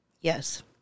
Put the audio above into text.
Yes